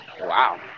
Wow